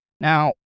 Now